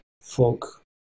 folk